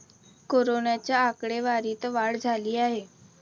कोरोनाच्या आकडेवारीत वाढ झाली आहे